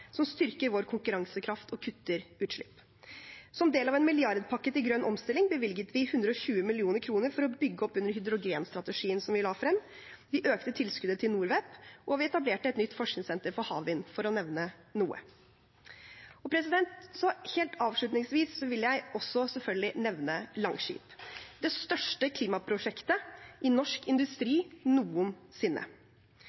som styrker vår konkurransekraft og kutter utslipp. Som del av en milliardpakke til grønn omstilling bevilget vi 120 mill. kr for å bygge opp under hydrogenstrategien som vi la frem, vi økte tilskuddet til NORWEP, og vi etablerte et nytt forskningssenter for havvind, for å nevne noe. Helt avslutningsvis vil jeg selvfølgelig nevne Langskip – det største klimaprosjektet i norsk industri